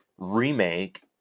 remake